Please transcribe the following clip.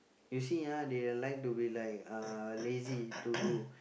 you see ah they like to be like uh lazy to do